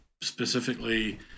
specifically